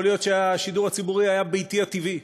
יכול להיות שהשידור הציבורי היה ביתי הטבעי.